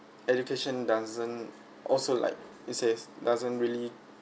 education doesn't also like it says doesn't really